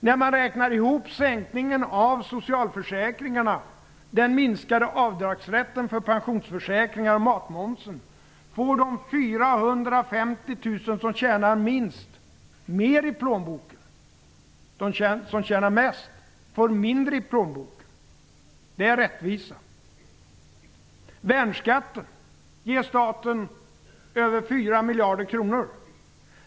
När man räknar ihop sänkningen av socialförsäkringarna, den minskade avdragsrätten för pensionsförsäkringar och matmomsen får de 450 000 som tjänar minst mer i plånboken. De som tjänar mest får mindre i plånboken. Det är rättvisa. Värnskatten ger staten över 4 miljarder kronor.